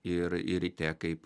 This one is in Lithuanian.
ir ir ryte kaip